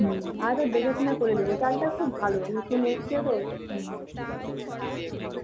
হুম আচ্ছা দেখে শুনে করে দেবো চালটা খুব ভালো নতুন এসেছে তো খুব ভালো হুম